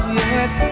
yes